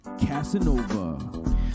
Casanova